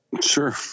Sure